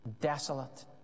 desolate